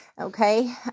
Okay